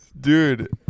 Dude